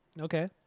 Okay